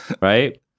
right